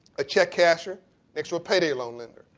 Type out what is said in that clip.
a check cashier next to a payday loan lender,